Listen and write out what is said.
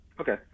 Okay